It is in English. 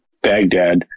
Baghdad